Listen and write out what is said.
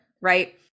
Right